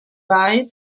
bye